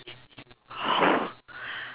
oh